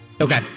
Okay